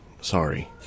Sorry